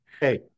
Hey